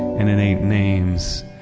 and it ain't names,